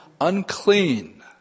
Unclean